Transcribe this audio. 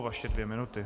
Vaše dvě minuty.